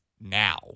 now